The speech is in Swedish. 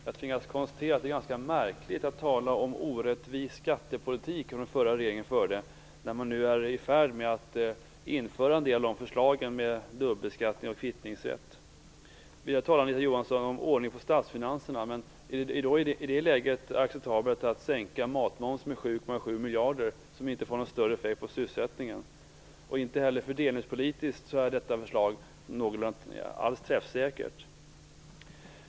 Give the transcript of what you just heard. Fru talman! Jag tycker att det är ganska märkligt att man talar om orättvis skattepolitik, som den förra regeringen skulle ha fört, när man nu är i färd med att genomföra förslagen om dubbelbeskattning och kvittningsrätt. Anita Johansson talar om att få ordning i statsfinanserna. Är det i det läget acceptabelt att sänka matmomsen med 7,7 miljarder som inte ger någon större effekt på sysselsättningen? Inte heller fördelningspolitiskt är detta förslag alls träffsäkert.